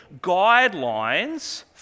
guidelines